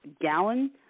gallon